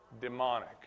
Demonic